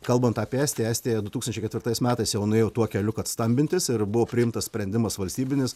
kalbant apie estiją estija du tūkstančiai ketvirtais metais jau nuėjo tuo keliu kad stambintis ir buvo priimtas sprendimas valstybinis